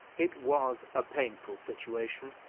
it was a painful situation,